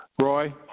Roy